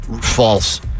False